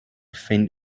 faint